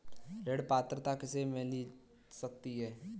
ऋण पात्रता किसे किसे मिल सकती है?